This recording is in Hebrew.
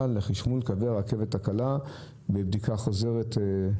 לחשמול קווי הרכבת הקלה בבדיקה חוזרת.